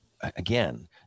again